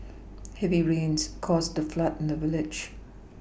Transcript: heavy rains caused a flood in the village